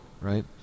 right